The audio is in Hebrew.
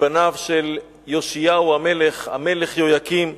מבניו של יאשיהו המלך, המלך יהויקים.